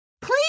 please